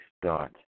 start